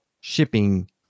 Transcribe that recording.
shipping